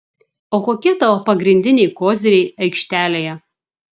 o kokie tavo pagrindiniai koziriai aikštelėje